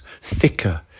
thicker